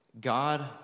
God